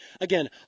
again